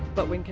but when